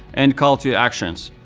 and call to actions.